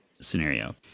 scenario